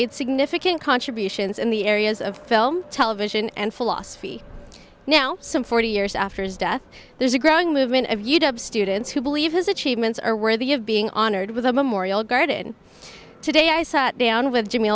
made significant contributions in the areas of film television and philosophy now some forty years after his death there's a growing movement of students who believe his achievements are worthy of being honored with a memorial garden today i sat down with jimmy